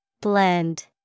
Blend